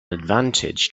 advantage